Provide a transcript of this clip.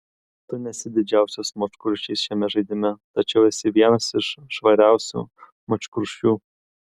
tu nesi didžiausias močkrušys šiame žaidime tačiau esi vienas iš švariausių močkrušių